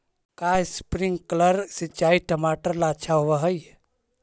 का स्प्रिंकलर सिंचाई टमाटर ला अच्छा होव हई?